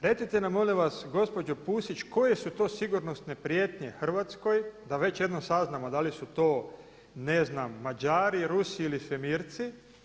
Recite nam molim vas gospođo Pusić koje su to sigurnosne prijetnje Hrvatskoj da već jednom saznamo da li su to ne znam Mađari, Rusi ili svemirci.